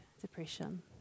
depression